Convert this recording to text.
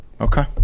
Okay